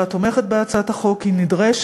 תודה.